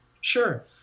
Sure